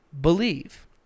believe